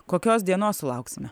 kokios dienos sulauksime